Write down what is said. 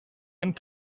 and